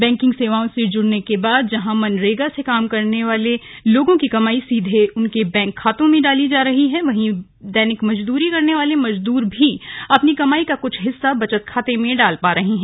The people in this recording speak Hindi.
बैंकिग सेवाओं से जुड़ने के बाद जहां मनरेगा से काम करने वाले लोगों की कमाई सीधे उनके बैंक खातों में डाली जा रही है वहीं दैनिक मजदूरी करने वाले मजदूर भी अपनी कमाई का कुछ हिस्सा बचत खाते में डाल पा रहे हैं